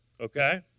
Okay